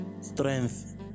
strength